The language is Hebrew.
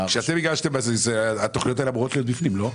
כשאת הגשתם, התכניות האלה אמורות להיות בפנים, לא?